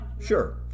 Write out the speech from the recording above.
sure